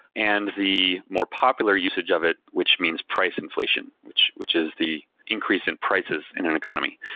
and the more popular usage of it, which means price inflation, which which is the increase in prices in an economy.